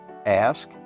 ask